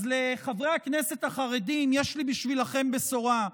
אז חברי הכנסת החרדים, יש לי בשבילכם בשורה: